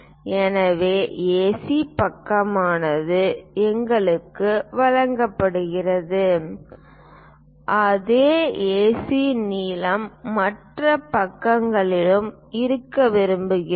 எனவே ஏசி பக்கமானது எங்களுக்காக வழங்கப்படுகிறது அதே ஏசி நீளம் மற்ற பக்கங்களிலும் இருக்க விரும்புகிறோம்